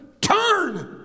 Turn